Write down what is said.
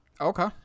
Okay